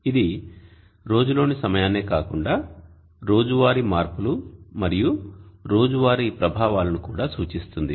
ఇది రోజు లోని సమయాన్న్నే కాకుండా రోజువారీ మార్పులు మరియు రోజువారీ ప్రభావాలను కూడా సూచిస్తుంది